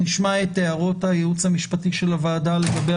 נשמע את הערות הייעוץ המשפטי של הוועדה לגבי